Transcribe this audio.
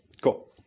Cool